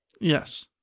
Yes